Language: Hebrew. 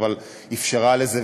אבל היא אפשרה את זה,